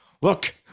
Look